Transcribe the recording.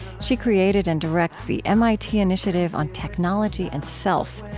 she created and directs the mit initiative on technology and self,